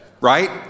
right